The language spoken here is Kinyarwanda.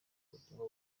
ubutumwa